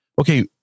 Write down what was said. okay